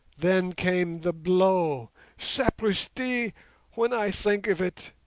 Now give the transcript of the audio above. then came the blow sapristi when i think of it.